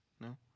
No